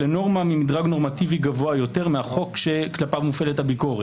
לנורמה ממדרג נורמטיבי גבוה יותר מהחוק שכלפיו מופעלת הביקורת.